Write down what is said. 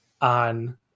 on